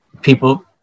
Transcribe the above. people